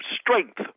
strength